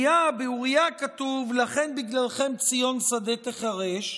באוריה כתוב: לכן, בגללכם ציון שדה תיחרש,